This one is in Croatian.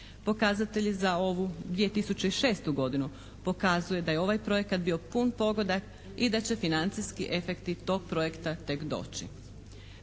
Pokazatelj za ovu 2006. godinu pokazuje da je ovaj projekat bio pun pogodak i da će financijski efekti tog projekta tek doći.